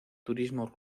turismo